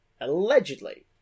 allegedly